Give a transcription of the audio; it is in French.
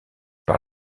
par